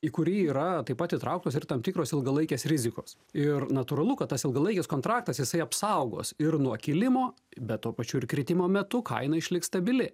į kurį yra taip pat įtrauktos ir tam tikros ilgalaikės rizikos ir natūralu kad tas ilgalaikis kontraktas jisai apsaugos ir nuo kilimo bet tuo pačiu ir kritimo metu kaina išliks stabili